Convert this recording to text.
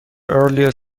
early